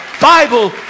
Bible